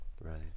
Right